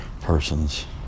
person's